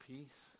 Peace